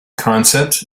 concept